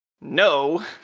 No